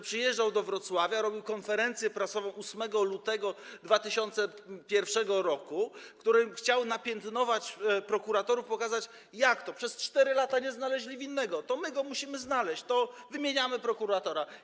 Przyjeżdżał do Wrocławia, zrobił konferencję prasową 8 lutego 2001 r., w której chciał napiętnować prokuratorów, pokazać: jak to, przez 4 lata nie znaleźli winnego, to my go musimy znaleźć, to wymieniamy prokuratora.